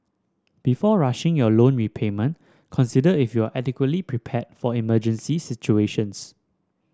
before rushing your loan repayment consider if you are adequately prepared for emergency situations